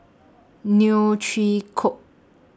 Neo Chwee Kok